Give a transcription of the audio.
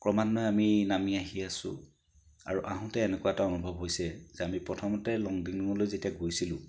ক্ৰমান্বয়ে আমি নামি আহি আছোঁ আৰু আহোঁতে এনেকুৱা এটা অনুভৱ হৈছে যে আমি প্ৰথমতে লংডিঙলৈ যেতিয়া গৈছিলোঁ